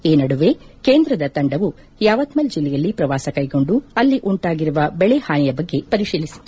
ಈ ನಡುವೆ ಕೇಂದ್ರದ ತಂಡವು ಯಾವತಲ್ ಜಿಲ್ಲೆಯಲ್ಲಿ ಪ್ರವಾಸ ಕೈಗೊಂಡು ಅಲ್ಲಿ ಉಂಟಾಗಿರುವ ಬೆಳೆ ಹಾನಿಯ ಬಗ್ಗೆ ಪರಿಶೀಲಿಸಿತ್ತು